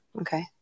Okay